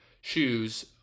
shoes